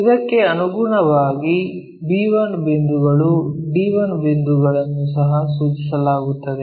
ಇದಕ್ಕೆ ಅನುಗುಣವಾಗಿ b1 ಬಿಂದುಗಳು d1 ಬಿಂದುಗಳನ್ನು ಸಹ ಸೂಚಿಸಲಾಗುತ್ತದೆ